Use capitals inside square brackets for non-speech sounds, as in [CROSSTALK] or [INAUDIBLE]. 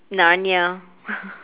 narnia [LAUGHS]